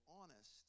honest